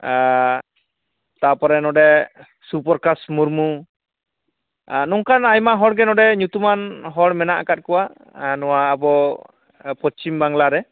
ᱛᱟᱯᱚᱨᱮ ᱱᱚᱰᱮ ᱥᱩᱯᱨᱚᱠᱟᱥ ᱢᱩᱨᱢᱩ ᱟᱨ ᱱᱚᱝᱠᱟᱱ ᱟᱭᱢᱟ ᱦᱚᱲ ᱜᱮ ᱱᱚᱰᱮ ᱧᱩᱛᱩᱢᱟᱱ ᱦᱚᱲ ᱢᱮᱱᱟᱜ ᱟᱠᱟᱫ ᱠᱚᱣᱟ ᱱᱚᱣᱟ ᱟᱵᱚ ᱯᱚᱪᱷᱤᱢ ᱵᱟᱝᱞᱟ ᱨᱮ